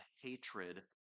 hatred